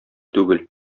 түгел